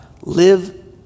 live